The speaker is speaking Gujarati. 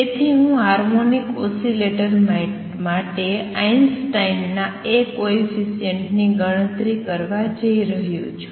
તેથી હું હાર્મોનિક ઓસિલેટર માટે આઇન્સ્ટાઇનના A કોએફિસિએંટની ગણતરી કરવા જઇ રહ્યો છું